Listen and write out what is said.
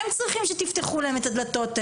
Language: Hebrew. הם צריכים שתפתחו להם את הדלתות האלה.